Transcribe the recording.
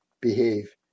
behave